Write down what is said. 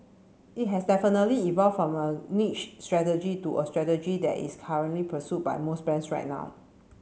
it has definitely evolved from a niche strategy to a strategy that is currently pursued by most brands right now